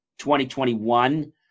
2021